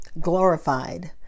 glorified